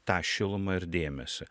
tą šilumą ir dėmesį